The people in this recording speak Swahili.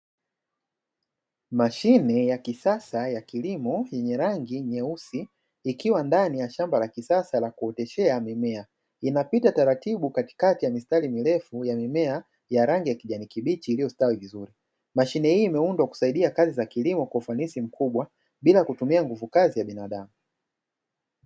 Mashine ya kisasa ya kilimo yenye rangi nyeusi, ikiwa ndani ya shamba la kisasa la kuoteshea mimea, inapita taratibu katikati ya mistari mirefu yenye mimea ya rangi ya kijani kibichi iliyo stawi vizuri, mashine hii imeundwa kusaidia kazi za kilimo kwa ufanisi mkubwa bila kutumia nguvu kazi ya binadamu.